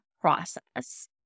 process